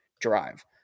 drive